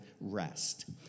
rest